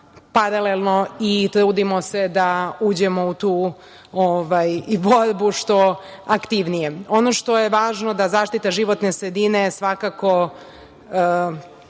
paralelno i trudimo se da uđemo u tu borbu što aktivnije. Ono što je važno, da zaštita životne sredine, svakako